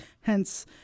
hence